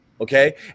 okay